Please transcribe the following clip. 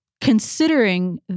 considering